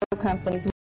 companies